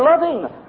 loving